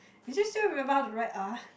is it still remember how to write ah